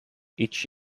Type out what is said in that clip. each